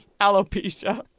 alopecia